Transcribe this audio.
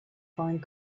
find